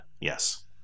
yes